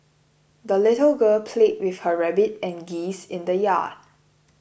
the little girl played with her rabbit and geese in the yard